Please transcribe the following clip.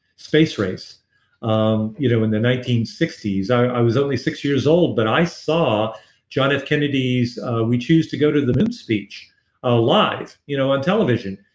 space race um you know in the nineteen sixty s. i was only six years old, but i saw john f. kennedy's we choose to go to the moon speech ah live you know on television.